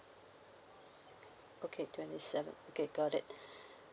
okay twenty seventh okay got it